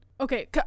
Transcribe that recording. okay